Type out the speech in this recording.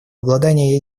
обладание